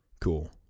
cool